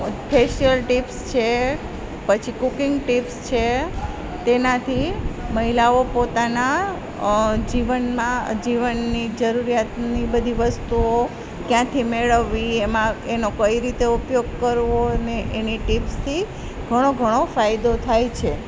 facial tips છે પછી cooking tips છે તેનાથી મહિલાઓ પોતાના જીવનની જ જરૂરિયાતની બધી વસ્તુઓ ક્યાંથી મેળવવી એમાં એનો કઈ રીતે ઉપયોગ કરવો અને એની ટિપ્સ થી ઘણો ઘણો ફાયદો થાય છે